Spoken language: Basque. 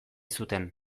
zuten